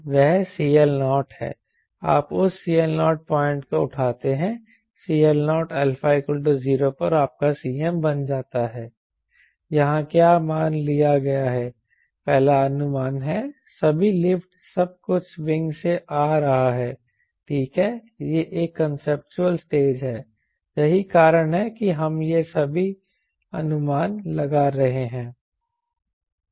वह CL0 है आप उस CL0 पॉइंट को उठाते हैं CL0 α 0 पर आपका Cm बन जाता है यहाँ क्या मान लिया गया है पहला अनुमान है सभी लिफ्ट सब कुछ विंग से आ रहा है ठीक है यह एक कांसेप्चुअल स्टेज है यही कारण है कि हम ये सभी अनुमान लगा रहे हैं